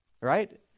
Right